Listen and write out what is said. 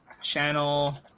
channel